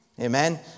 Amen